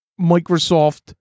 Microsoft